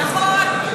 נכון.